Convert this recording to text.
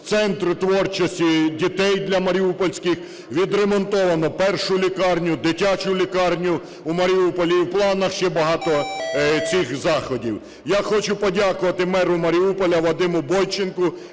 Центр творчості дітей для маріупольських, відремонтовано 1-у лікарню, дитячу лікарню у Маріуполя і в планах ще багато цих заходів. Я хочу подякувати меру Маріуполя Вадиму Бойченку